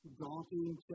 daunting